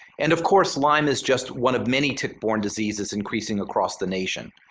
and of course lyme is just one of many tick-borne diseases increasing across the nation.